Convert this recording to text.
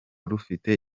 rufite